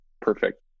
perfect